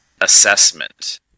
assessment